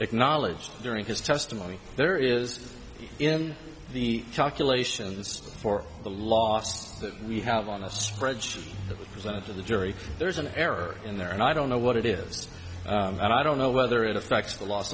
acknowledged during his testimony there is in the calculations for the last that we have on a spreadsheet that we presented to the jury there's an error in there and i don't know what it is and i don't know whether it affects the l